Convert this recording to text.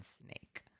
snake